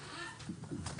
הישיבה ננעלה בשעה